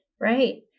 right